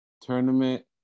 tournament